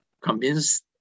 convinced